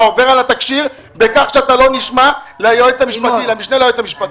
אתה עובר על התקשי"ר בכך שאתה לא נשמע למשנה ליועץ המשפטי.